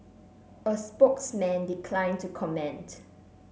a spokesman declined to comment